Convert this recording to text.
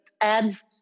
adds